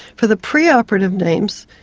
for the preoperative names,